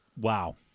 Wow